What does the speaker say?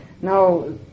now